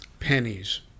pennies